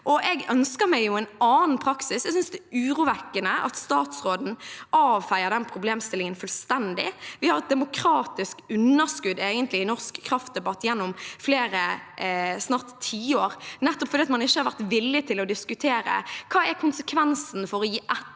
Jeg ønsker meg en annen praksis. Jeg synes det er urovekkende at statsråden avfeier den problemstillingen fullstendig. Vi har egentlig et demokratisk underskudd i norsk kraftdebatt gjennom snart flere tiår, nettopp fordi man ikke har vært villig til å diskutere hva som er konsekvensen av å gi etter